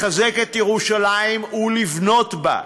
לחזק את ירושלים ולבנות בה.